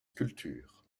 sculptures